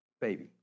baby